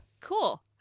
cool